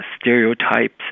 stereotypes